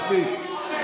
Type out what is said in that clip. מספיק.